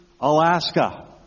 Alaska